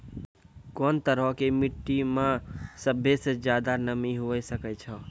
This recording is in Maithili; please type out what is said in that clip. कोन तरहो के मट्टी मे सभ्भे से ज्यादे नमी हुये सकै छै?